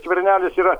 skvernelis yra